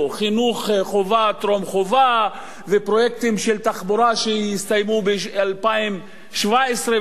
חינוך חובה וטרום-חובה ופרויקטים של תחבורה שיסתיימו ב-2017 ו-2018.